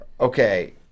Okay